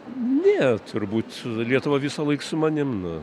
ne turbūt lietuva visąlaik su manim